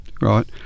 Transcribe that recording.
right